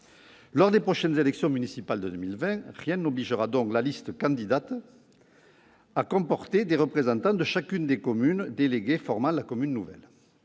Lors des prochaines élections municipales de 2020, rien n'obligera donc les listes candidates à comporter des représentants de chacune des communes déléguées formant la commune nouvelle.